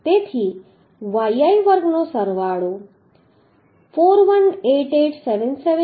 તેથી yi વર્ગનો સરવાળો 418877